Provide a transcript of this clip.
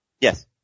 Yes